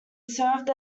served